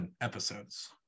episodes